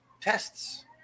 tests